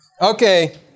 Okay